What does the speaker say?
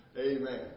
Amen